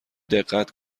دقت